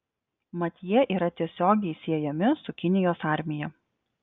mat jie yra tiesiogiai siejami su kinijos armija